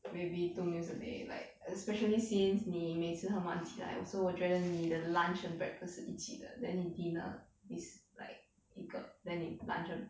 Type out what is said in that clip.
maybe two meals a day like especially since 你每次很晚起来 so 我觉得你的 lunch 和 breakfast 是一起的 then 你 dinner is like 一个 then 你 lunch 和